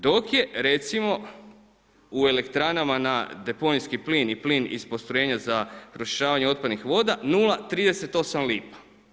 Dok je recimo u elektranama na deponijski plin i plin iz postrojenja za pročišćavanje otpadnih voda 0,38 lipa.